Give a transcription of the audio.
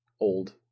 old